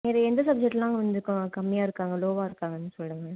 வேறு எந்த சப்ஜெக்ட்டுலாம் கொஞ்சம் க கம்மியாக இருக்காங்க லோவாக இருக்காங்கன்னு சொல்லுங்கள்